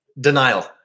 denial